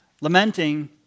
Lamenting